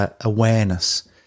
Awareness